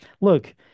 look